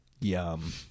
Yum